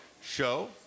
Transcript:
show